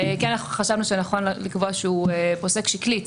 אנחנו חשבנו שנכון לקבוע שהוא פוסק שקלית